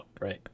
right